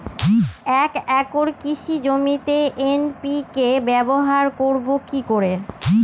এক একর কৃষি জমিতে এন.পি.কে ব্যবহার করব কি করে?